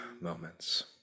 moments